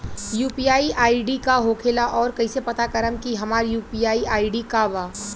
UPI ID का होखेला और कईसे पता करम की हमार यू.पी.आई आई.डी का बा?